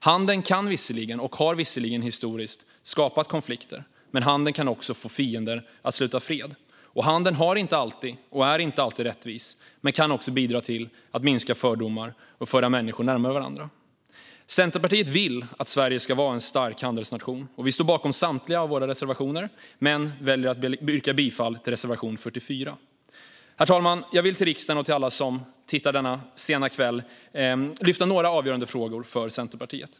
Handeln kan visserligen skapa konflikter och har gjort det historiskt, men den kan också få fiender att sluta fred. Handeln har inte alltid varit och är inte alltid rättvis men kan också bidra till att minska fördomar och föra människor närmare varandra. Centerpartiet vill att Sverige ska vara en stark handelsnation. Vi står bakom samtliga våra reservationer, men jag väljer att yrka bifall endast till reservation 44. Herr talman! Jag vill inför riksdagen och alla som tittar denna sena kväll lyfta några avgörande frågor för Centerpartiet.